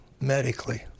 medically